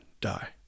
die